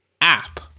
app